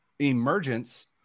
emergence